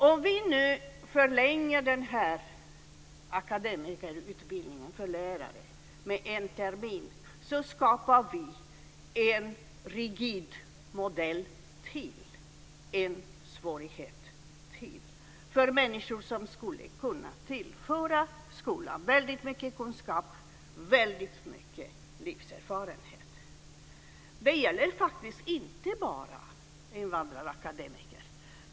Om vi förlänger akademikerutbildningen för lärare med en termin skapar vi en rigid modell till, en svårighet till för människor som skulle kunna tillföra skolan väldigt mycket kunskap och livserfarenhet. Det gäller faktiskt inte bara invandrarakademiker.